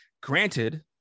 Granted